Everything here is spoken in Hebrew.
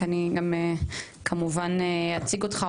אני כמובן אציג אותך,